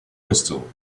crystal